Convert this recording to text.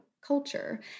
culture